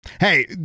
Hey